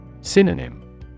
Synonym